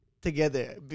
Together